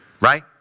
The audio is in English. Right